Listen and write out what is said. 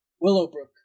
Willowbrook